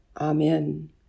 Amen